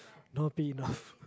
not paid enough